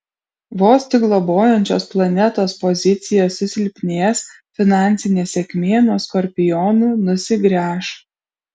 vos tik globojančios planetos pozicija susilpnės finansinė sėkmė nuo skorpionų nusigręš